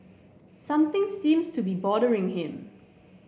something seems to be bothering him